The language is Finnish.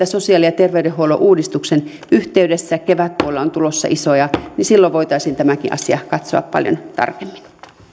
sosiaali ja terveydenhuollon uudistuksen yhteydessä kevätpuolella on tulossa isoja asioita niin silloin voitaisiin tämäkin asia katsoa paljon tarkemmin